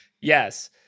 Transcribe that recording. yes